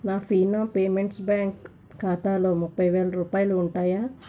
నా Fino payments bank ఖాతాలో ముప్పై వేల రూపాయలు ఉంటాయా